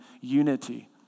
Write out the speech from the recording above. unity